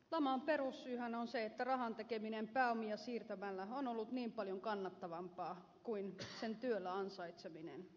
laman perussyyhän on se että rahan tekeminen pääomia siirtämällä on ollut niin paljon kannattavampaa kuin sen työllä ansaitseminen